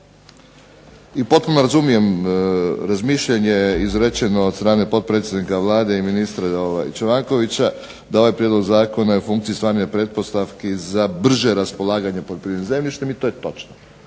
i potpuno razumijem razmišljanje izrečeno od strane potpredsjednika Vlade i ministra Čobankovića da ovaj prijedlog zakona je u funkciji stvaranja pretpostavki za brže raspolaganje poljoprivrednim zemljištem i to je točno.